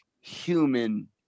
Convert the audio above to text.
human